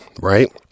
right